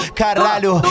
caralho